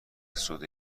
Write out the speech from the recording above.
سود